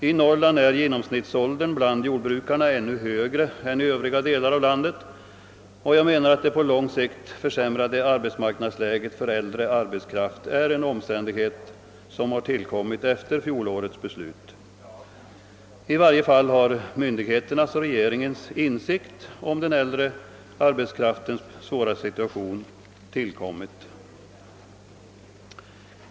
I Norrland är genomsnittsåldern bland jordbrukarna ännu högre än i övriga delar av landet, och jag menar att det på lång sikt försämrade arbetsmarknadsläget för äldre arbetskraft är en omständighet som har tillkommit efter fjolårets beslut. I varje fall har myndigheternas och regeringens insikt om den äldre arbetskraftens svåra situation tillkommit.